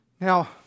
Now